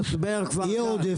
יהיה עודף,